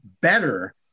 better